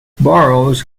barrows